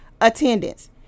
attendance